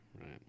right